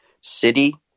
city